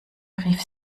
rief